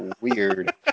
weird